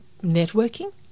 networking